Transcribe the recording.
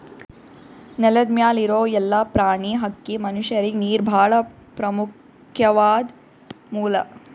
ನೆಲದ್ ಮ್ಯಾಲ್ ಇರೋ ಎಲ್ಲಾ ಪ್ರಾಣಿ, ಹಕ್ಕಿ, ಮನಷ್ಯರಿಗ್ ನೀರ್ ಭಾಳ್ ಪ್ರಮುಖ್ವಾದ್ ಮೂಲ